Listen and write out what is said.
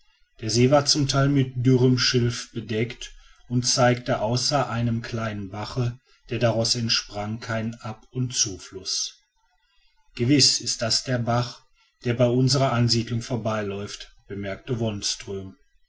der see war zum teil mit dürrem schilf bedeckt und zeigte außer einem kleinen bache der daraus entsprang keinen ab und zufluß gewiß ist das der bach der bei unserer ansiedelung vorbeiläuft bemerkte